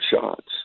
shots